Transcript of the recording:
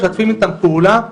משתפים איתם פעולה,